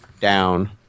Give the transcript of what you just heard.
down